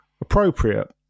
appropriate